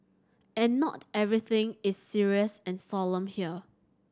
and not everything is serious and solemn here